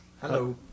Hello